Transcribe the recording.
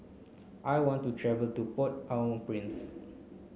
I want to travel to Port au Prince